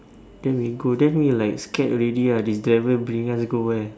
then we go then we like scared already ah this driver bringing us go where